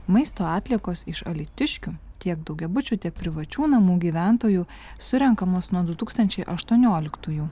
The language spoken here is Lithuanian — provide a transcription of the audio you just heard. maisto atliekos iš alytiškių tiek daugiabučių tiek privačių namų gyventojų surenkamos nuo du tūkstančiai aštuonioliktųjų